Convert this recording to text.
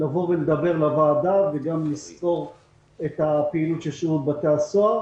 לבוא ולדבר בוועדה וגם לסקור את פעילות שירות בתי הסוהר.